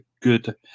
good